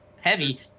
heavy